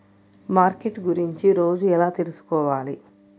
Market గురించి రోజు ఎలా తెలుసుకోవాలి?